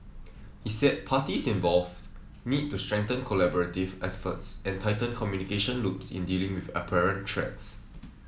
he said parties involved need to strengthen collaborative efforts and tighten communication loops in dealing with apparent threats